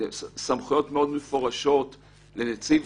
מאוד מפורשות לנציב